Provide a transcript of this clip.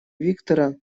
виктора